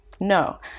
No